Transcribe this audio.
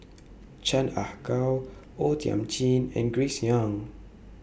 Chan Ah Kow O Thiam Chin and Grace Young